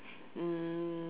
mm